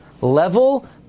level